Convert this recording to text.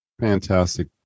Fantastic